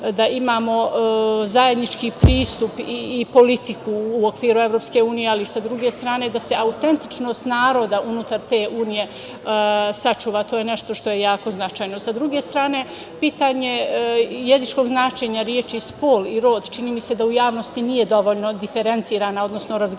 da imao zajednički pristup i politiku u okviru EU, ali sa druge strane da se autentičnost naroda unutar te Unije sačuva, a to je nešto što je jako značajno. Sa druge strane, pitanje jezičkog značenja reči pol i rod čini mi se da u javnosti nije dovoljno diferencirana, odnosno razgraničena,